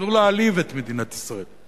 אסור להעליב את מדינת ישראל.